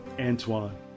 Antoine